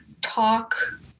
talk